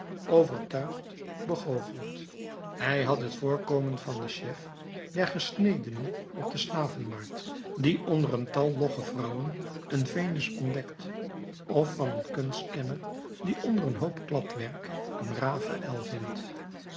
overtuigd begoocheld hij had het voorkomen van den chef der gesnedenen op de slavenmarkt die onder een tal logge vrouwen een venus ontdekt of van een kunstkenner die onder een hoop kladwerk een raphaël vindt